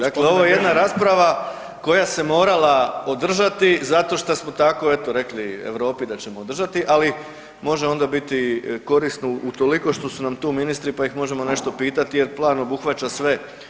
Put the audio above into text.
Dakle, ovo je jedna rasprava koja se morala održati zato što smo tako eto rekli Europi da ćemo održati, ali možda onda biti korisno utoliko što su nam tu ministri pa ih možemo nešto pitati jer plan obuhvaća sve.